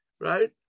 right